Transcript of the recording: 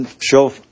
show